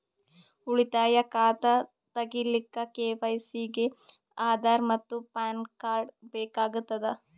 ಉಳಿತಾಯ ಖಾತಾ ತಗಿಲಿಕ್ಕ ಕೆ.ವೈ.ಸಿ ಗೆ ಆಧಾರ್ ಮತ್ತು ಪ್ಯಾನ್ ಕಾರ್ಡ್ ಬೇಕಾಗತದ